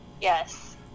Yes